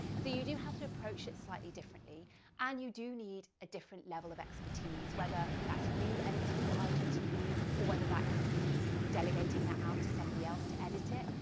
so you do have to approach it slightly differently and you do need a different level of expertise, whether that's you editing your igtv, or whether that is you delegating that out to somebody else to edit it,